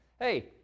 Hey